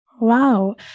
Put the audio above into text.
Wow